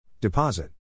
Deposit